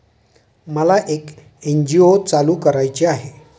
मला एक एन.जी.ओ चालू करायची आहे